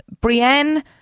Brienne